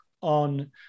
on